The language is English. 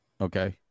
okay